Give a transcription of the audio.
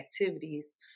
activities